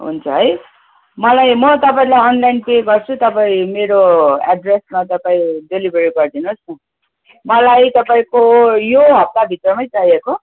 हुन्छ है मलाई म तपाईँलाई अनलाइन पे गर्छु तपाईँ मेरो एड्रेसमा तपाईँ डेलिभरी गरिदिनु होस् न मलाई तपाईँको यो हप्ताभित्रमै चाहिएको